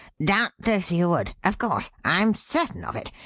doubtless you would. of course. i'm certain of it.